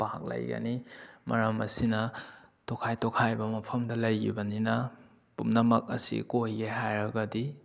park ꯂꯩꯒꯅꯤ ꯃꯔꯝ ꯑꯁꯤꯅ ꯇꯣꯈꯥꯏ ꯇꯣꯈꯥꯏꯕ ꯃꯐꯝꯗ ꯂꯩꯈꯤꯕꯅꯤꯅ ꯄꯨꯝꯅꯃꯛ ꯑꯁꯤ ꯀꯣꯏꯒꯦ ꯍꯥꯏꯔꯒꯗꯤ